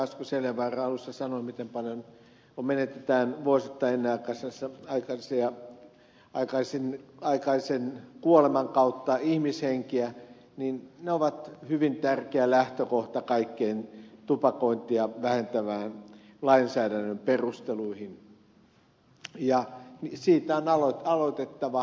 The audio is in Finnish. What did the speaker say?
asko seljavaara alussa sanoi miten paljon menetetään vuosittain ennenaikaisen kuoleman kautta ihmishenkiä ovat hyvin tärkeä lähtökohta kaikkiin tupakointia vähentävän lainsäädännön perusteluihin ja siitä on aloitettava